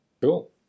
Cool